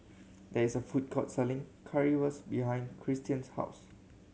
there is a food court selling Currywurst behind Cristian's house